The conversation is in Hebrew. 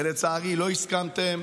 ולצערי לא הסכמתם.